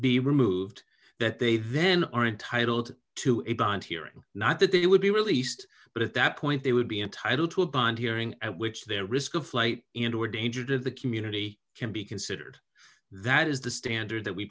be removed that they then are entitled to a bond hearing not that it would be released but at that point they would be entitled to a bond hearing at which their risk of flight into a danger to the community can be considered that is the standard that we